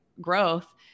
growth